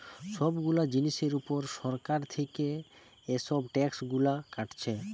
সব গুলা জিনিসের উপর সরকার থিকে এসব ট্যাক্স গুলা কাটছে